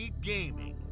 Gaming